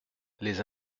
les